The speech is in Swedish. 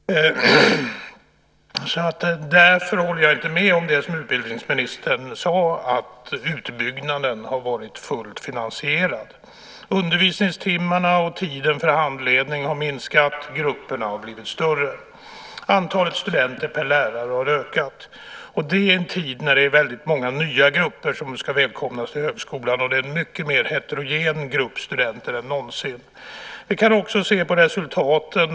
Därför håller jag inte med om det som utbildningsministern sade, att utbyggnaden har varit fullt finansierad. Undervisningstimmarna och tiden för handledning har minskat, och grupperna har blivit större. Antalet studenter per lärare har ökat, och det i en tid då väldigt många nya grupper ska välkomnas i högskolan, och det är en mycket mer heterogen grupp studerande än någonsin. Vi kan också se på resultaten.